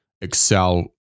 excel